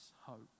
hope